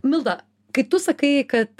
milda kai tu sakai kad